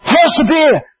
Persevere